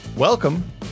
Welcome